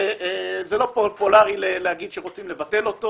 זה לא פופולרי לומר שרוצים לבטל אותו